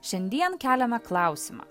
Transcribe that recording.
šiandien keliame klausimą